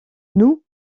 nous